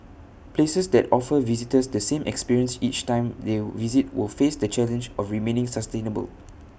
places that offer visitors the same experience each time they visit will face the challenge of remaining sustainable